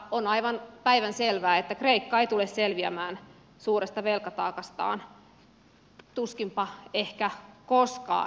on aivan päivänselvää että kreikka ei tule selviämään suuresta velkataakastaan tuskinpa ehkä koskaan